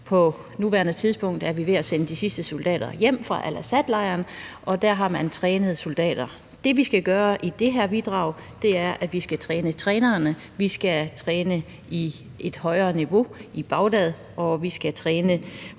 På nuværende tidspunkt er vi ved at sende de sidste soldater hjem fra Al Asad-lejren, hvor man har trænet soldater. Det, vi skal gøre med det her bidrag, er, at vi skal træne trænerne. Vi skal træne på et højere niveau i Bagdad, og vi skal træne